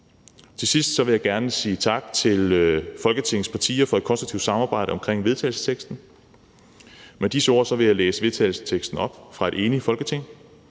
Til sidst vil jeg gerne sige tak til Folketingets partier for et konstruktivt samarbejde om vedtagelsesteksten. Med disse ord vil jeg læse vedtagelsesteksten op fra et enigt Folketing